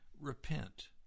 repent